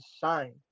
shine